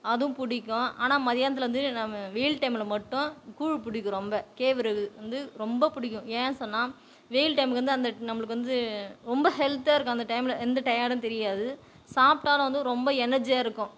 அதுவும் பிடிக்கும் ஆனால் மதியானத்தில் வந்து நம்ம வெயில் டைமில் மட்டும் கூழ் பிடிக்கும் ரொம்ப கேழ்வரகு வந்து ரொம்ப பிடிக்கும் ஏன் சொன்னால் வெயில் டைம்க்கு வந்து அந்த நம்மளுக்கு வந்து ரொம்ப ஹெல்த்தாக இருக்கும் அந்த டைமில் எந்த டயர்டும் தெரியாது சாப்பிட்டாலும் வந்து ரொம்ப எனர்ஜியாக இருக்கும்